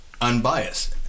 unbiased